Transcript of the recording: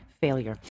failure